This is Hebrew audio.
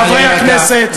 חברי הכנסת,